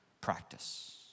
practice